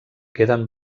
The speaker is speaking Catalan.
queden